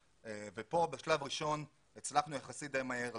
כאן בשלב הראשון הצלחנו יחסית די מהר,